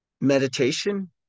meditation